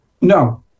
No